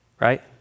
Right